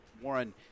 Warren